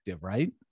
right